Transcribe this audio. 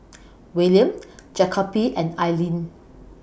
Willaim Jacoby and Alleen